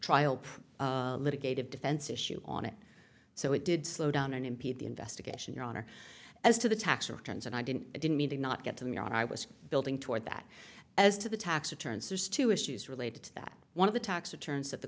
trial litigated defense issue on it so it did slow down and impede the investigation your honor as to the tax returns and i didn't i didn't mean to not get to me what i was building toward that as to the tax returns there's two issues related to that one of the tax returns that the